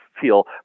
feel